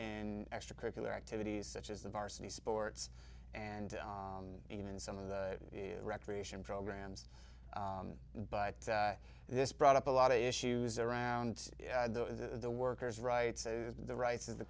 in extracurricular activities such as the varsity sports and even some of the recreation programs but this brought up a lot of issues around the workers rights the rights of the